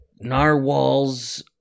narwhals